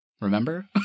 Remember